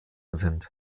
sind